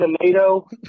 tomato